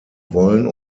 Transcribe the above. wollen